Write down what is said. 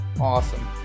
Awesome